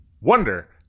wonder